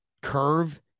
curve